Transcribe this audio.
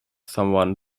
someone